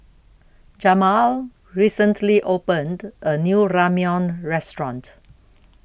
Jamaal recently opened A New Ramyeon Restaurant